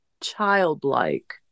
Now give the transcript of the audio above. childlike